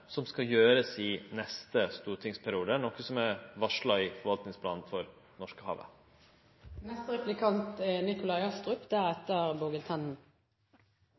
i neste stortingsperiode – noko som er varsla i forvaltingsplanen for